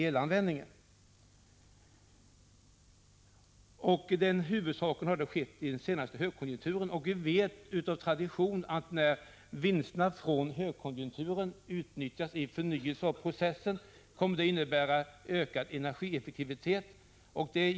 — elanvändningen, men den ökning som ändå skett har i huvudsak ägt rum under den senaste högkonjunkturen. Av tradition vet vi, att när vinsterna från en högkonjunktur utnyttjas vid förnyelse av processer innebär det ökad energieffektivitet.